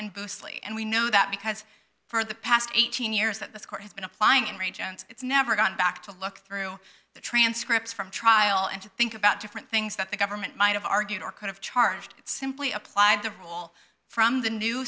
lee and we know that because for the past eighteen years that this court has been applying in regents it's never gone back to look through the transcripts from trial and to think about different things that the government might have argued or could have charged simply applied the rule from the new